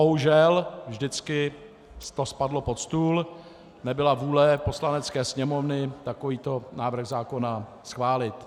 Bohužel, vždycky to spadlo pod stůl, nebyla vůle Poslanecké sněmovny takovýto návrh zákona schválit.